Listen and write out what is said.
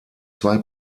zwei